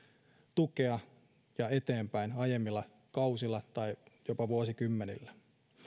tukea aiemmilla kausilla tai jopa vuosikymmenillä